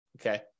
okay